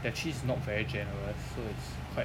their cheese is not very generous so it's quite